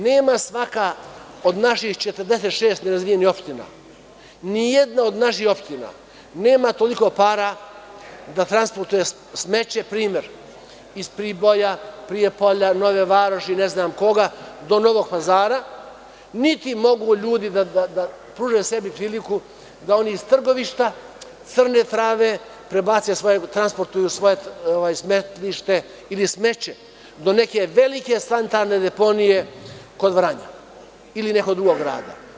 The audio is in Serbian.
Nema svaka od naših 46 razvijenih opština, ni jedna od naših opština, nema toliko para da transportuje smeće, primer, iz Priboja, Prijepolja, Nove Varoši, ne znam koga, do Novog Pazara, niti mogu ljudi da pruže sebi priliku da oni iz Trgovišta, Crne Trave transportuju svoje smetlište ili smeće do neke velike sanitarne deponije kod Vranja ili nekog drugog grada.